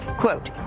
Quote